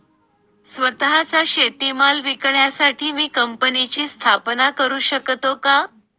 स्वत:चा शेतीमाल विकण्यासाठी मी कंपनीची स्थापना करु शकतो का?